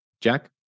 Jack